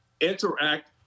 interact